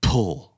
Pull